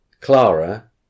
Clara